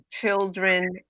children